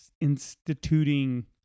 instituting